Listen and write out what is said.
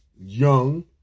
young